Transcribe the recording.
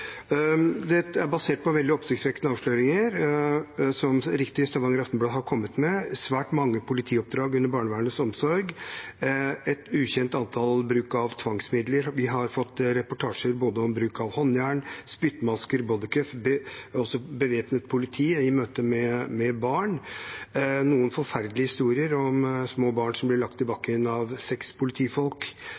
Dette er basert på veldig oppsiktsvekkende avsløringer som Stavanger Aftenblad har kommet med: svært mange politioppdrag under barnevernets omsorg, et ukjent antall bruk av tvangsmidler. Vi har fått reportasjer både om bruk av håndjern, spyttmasker og bodycuff, og også bevæpnet politi, i møte med barn, noen forferdelige historier om små barn som blir lagt i bakken av seks politifolk